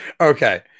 Okay